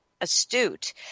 astute